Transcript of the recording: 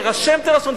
תירשם, תירשם.